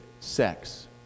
sex